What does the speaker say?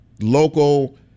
local